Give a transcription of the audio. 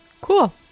Cool